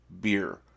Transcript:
beer